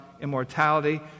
immortality